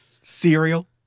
Cereal